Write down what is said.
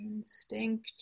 Instinct